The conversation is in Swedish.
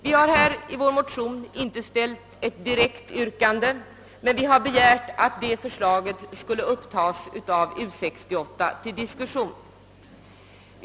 Vi har i vår motion II: 1031 inte ställt ett direkt yrkande härpå utan har inskränkt oss till att begära att förslaget skulle upptas av U 68 till diskussion.